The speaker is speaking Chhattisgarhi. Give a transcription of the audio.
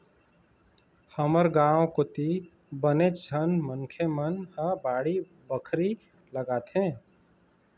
हमर गाँव कोती बनेच झन मनखे मन ह बाड़ी बखरी लगाथे